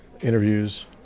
interviews